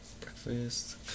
Breakfast